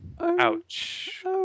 Ouch